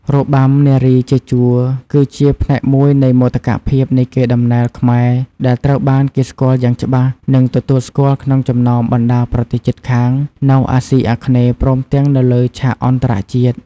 របាំនារីជាជួរគឺជាផ្នែកមួយនៃមោទកភាពនៃកេរដំណែលខ្មែរ ដែលត្រូវបានគេស្គាល់យ៉ាងច្បាស់ និងទទួលស្គាល់ក្នុងចំណោមបណ្ដាប្រទេសជិតខាងនៅអាស៊ីអាគ្នេយ៍ ព្រមទាំងនៅលើឆាកអន្តរជាតិ។